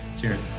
Cheers